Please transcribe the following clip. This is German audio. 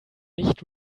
nicht